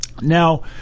Now